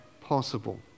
possible